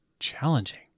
challenging